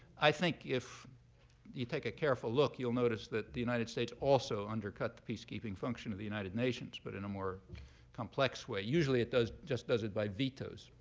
i think if you take a careful look, you'll notice that the united states also undercut the peacekeeping function of the united nations, but in a more complex way. usually, it just does it by vetoes,